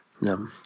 no